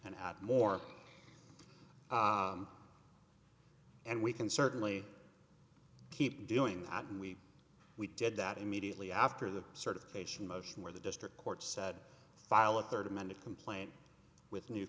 out more and we can certainly keep doing that and we we did that immediately after the certification motion where the district court said file a third amended complaint with new